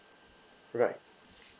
right